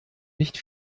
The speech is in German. nicht